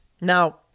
Now